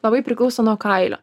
labai priklauso nuo kailio